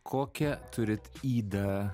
kokią turit ydą